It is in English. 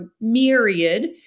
myriad